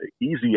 easy